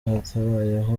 hatabayeho